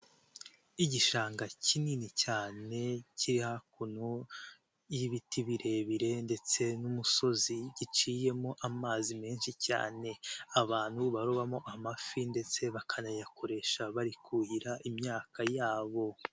Igishanga kinini cyane kiri hakuno y'ibiti birebire ndetse n'umusozi, giciyemo amazi menshi cyane abantu barobamo amafi ndetse bakanayakoresha bari kuhira imyaka yabo.